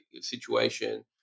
situation